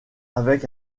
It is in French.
avec